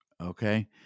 okay